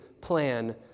plan